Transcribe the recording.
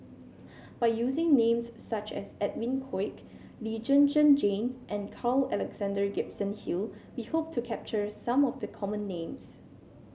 by using names such as Edwin Koek Lee Zhen Zhen Jane and Carl Alexander Gibson Hill we hope to capture some of the common names